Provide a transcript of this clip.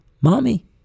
Mommy